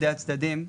הצדדים",